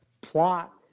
plot